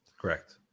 Correct